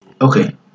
Okay